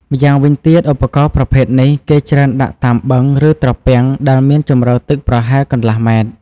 ម្យ៉ាងវិញទៀត ឧបករណ៍ប្រភេទនេះ គេច្រើនដាក់តាមបឹង ឬត្រពាំងដែលមានជម្រៅទឹកប្រហែលកន្លះម៉ែត្រ។